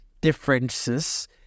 differences